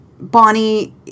bonnie